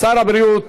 שר הבריאות